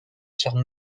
sur